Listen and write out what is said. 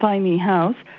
tiny house,